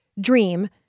dream